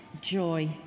joy